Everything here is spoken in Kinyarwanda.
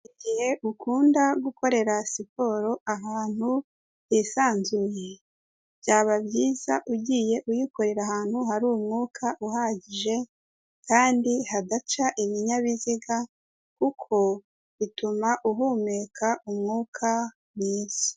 Igihe ukunda gukorera siporo ahantu hisanzuye, byaba byiza ugiye uyikorera ahantu hari umwuka uhagije kandi hadaca ibinyabiziga kuko bituma uhumeka umwuka mwiza.